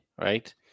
right